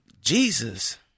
Jesus